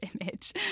image